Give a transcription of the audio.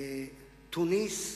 בולגריה, תוניסיה,